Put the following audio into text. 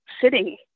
sitting